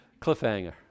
Cliffhanger